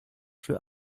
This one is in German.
für